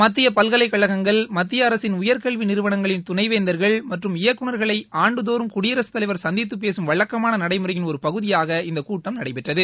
மத்திய பல்கலைக்கழகங்கள் மத்திய அரசின் உயர் கல்வி நிறுவனங்களின் துணைவேந்தர்கள் மற்றும் இயக்குனர்களை ஆண்டுதோறும் குடியரசு தலைவர் சந்தித்து பேசும் வழக்கமான நடைமுறையின் ஒரு பகுதியாக இந்த கூட்டம் நடைபெற்றது